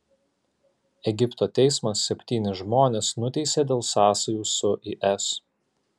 egipto teismas septynis žmones nuteisė dėl sąsajų su is